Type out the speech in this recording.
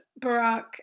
Barack